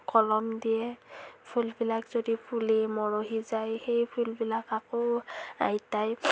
কলম দিয়ে ফুলবিলাক যদি ফুলি মৰহি যায় সেই ফুলবিলাক আকৌ আইতাই